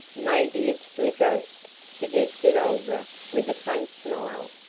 maybe it's the ghost, suggested olga with a faint smile.